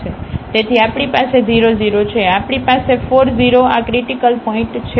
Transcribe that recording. તેથી આપણી પાસે 00 છે આપણી પાસે 4 0 આ ક્રિટીકલ પોઇન્ટ છે